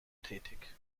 tätig